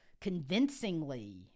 convincingly